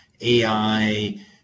AI